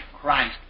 Christ